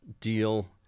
deal